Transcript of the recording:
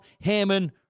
Hammond